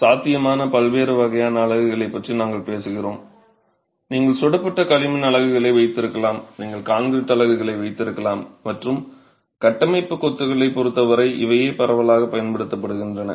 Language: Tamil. சாத்தியமான பல்வேறு வகையான அலகுகளைப் பற்றி நாங்கள் பேசுகிறோம் நீங்கள் சுடப்பட்ட களிமண் அலகுகளை வைத்திருக்கலாம் நீங்கள் கான்கிரீட் அலகுகளை வைத்திருக்கலாம் மற்றும் கட்டமைப்பு கொத்துகளைப் பொருத்தவரை இவையே பரவலாகப் பயன்படுத்தப்படுகின்றன